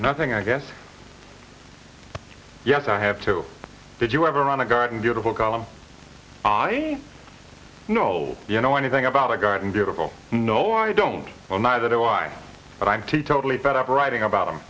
nothing i guess yes i have to did you ever run a garden beautiful column i know you know anything about a garden beautiful no i don't well neither do i but i'm teetotally better at writing about